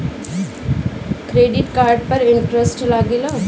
Credit card पर interest लागेला?